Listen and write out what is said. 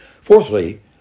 Fourthly